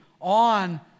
on